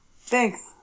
Thanks